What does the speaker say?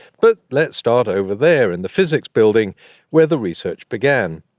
but let's start over there in the physics building where the research began.